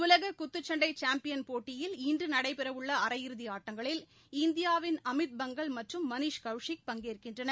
உலக குத்துச்சண்டை சாம்பியன் போட்டியில் இன்று நடைபெறவுள்ள அரையிறுதி ஆட்டங்களில் இந்தியாவின் அமித் பங்கல் மற்றும் மணிஷ் கவுசிக் பங்கேற்கின்றனர்